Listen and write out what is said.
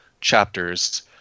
chapters